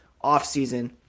off-season